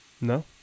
No